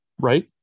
right